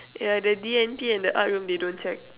yeah the D_N_T and the art room they don't check